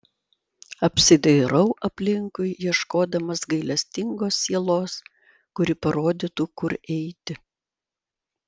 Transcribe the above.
apsidairau aplinkui ieškodamas gailestingos sielos kuri parodytų kur eiti